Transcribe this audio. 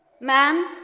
Man